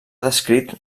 descrit